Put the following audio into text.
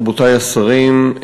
רבותי השרים,